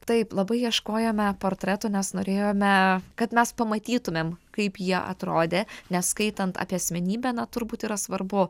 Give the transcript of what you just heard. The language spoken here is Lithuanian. taip labai ieškojome portreto nes norėjome kad mes pamatytumėm kaip jie atrodė nes skaitant apie asmenybę na turbūt yra svarbu